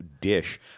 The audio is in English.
dish